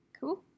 cool